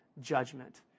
judgment